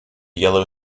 yellow